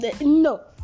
no